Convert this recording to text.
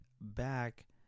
back